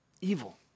Evil